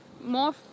more